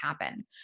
happen